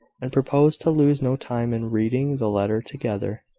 and proposed to lose no time in reading the letter together.